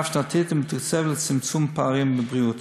רב-שנתית ומתוקצבת לצמצום פערים בבריאות.